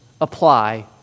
apply